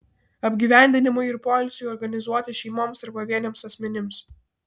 apgyvendinimui ir poilsiui organizuoti šeimoms ar pavieniams asmenims